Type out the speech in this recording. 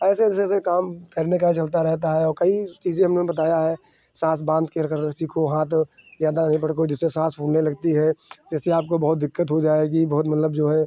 ऐसे ऐसे से काम तैरने का है चलता रहता है और कई चीज़ें हमने बताया है साँस बाँधकर कर सीखो हाथ ज़्यादा नहीं पटको जिससे साँस फूलने लगती है जैसे आपको बहुत दिक्कत हो जाएगी बहुत मतलब जो है